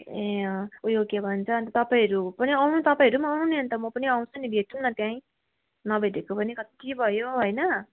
ए अँ उयो के भन्छ तपाईँहरू पनि आउनु नि तपाईँहरू पनि आउनु नि अन्त म पनि आउँछु नि भेटौँ न त्यहीँ नभेटेको पनि कत्ति भयो होइन